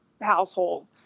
household